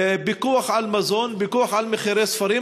פיקוח על מזון, פיקוח על מחירי ספרים.